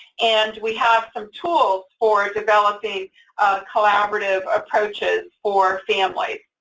and we have some tools for developing collaborative approaches for families.